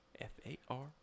F-A-R